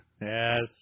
Yes